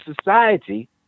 society